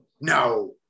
no